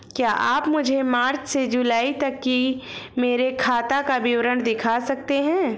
क्या आप मुझे मार्च से जूलाई तक की मेरे खाता का विवरण दिखा सकते हैं?